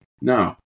No